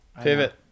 Pivot